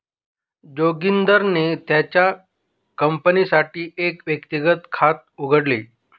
जोगिंदरने त्याच्या कंपनीसाठी एक व्यक्तिगत खात उघडले